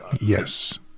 Yes